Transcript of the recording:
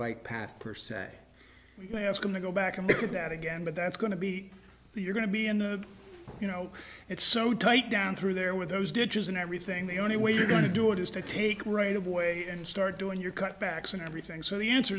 bike path per se they ask them to go back and look at that again but that's going to be the you're going to be in the you know it's so tight down through there with those ditches and everything the only way you're going to do it is to take right away and start doing your cutbacks and everything so the answer